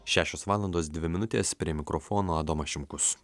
šešios valandos dvi minutės prie mikrofono adomas šimkus